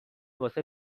واسه